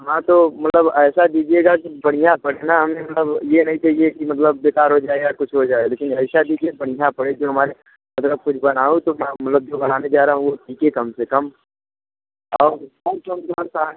हाँ तो मतलब ऐसा दीजिएगा कि बढ़िया पड़े न मतलब ये नहीं चाहिए कि मतलब बेकार हो जाए या कुछ हो जाए लेकिन ऐसा दीजिए बढ़िया पड़े जो हमारे मतलब कुछ बनाऊँ तो मतलब जो बनाने जा रहा हूँ वह टिके कम से कम और कौन सा है